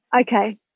Okay